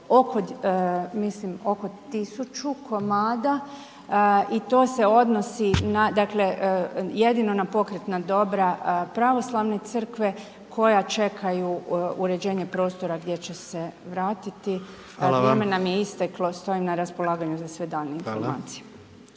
oko 1000 komada i to se odnosi na, dakle jedino na pokretna dobra Pravoslavne crkve koja čekaju uređenje prostora gdje će se vratiti …/Hvala vam/…, a vrijeme nam je isteklo, stojim na raspolaganju za sve daljnje informacije.